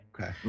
Okay